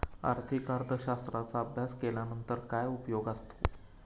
आर्थिक अर्थशास्त्राचा अभ्यास केल्यानंतर काय उपयोग असतो?